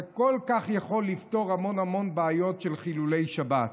זה כל כך יכול לפתור המון המון בעיות של חילולי שבת.